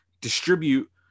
distribute